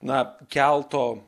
na kelto